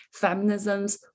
Feminisms